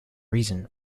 reason